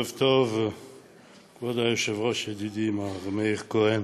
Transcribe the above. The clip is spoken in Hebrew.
היו"ר מאיר כהן: